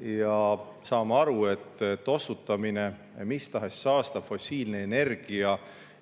ja saama aru, et tossutamine, mis tahes saastav fossiilne energia